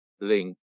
link